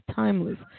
timeless